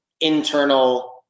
internal